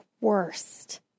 worst